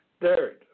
Third